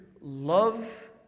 love